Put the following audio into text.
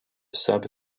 sub